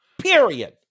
period